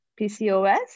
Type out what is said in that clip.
PCOS